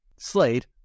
Slade